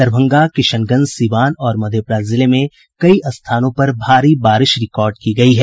दरभंगा किशनगंज सीवान और मधेपुरा जिले में कई स्थानों पर भारी बारिश रिकॉर्ड की गयी है